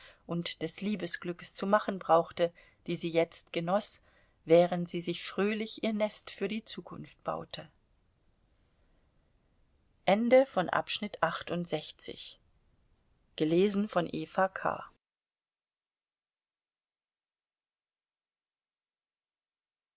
und des liebesglückes zu machen brauchte die sie jetzt genoß während sie sich fröhlich ihr nest für die zukunft baute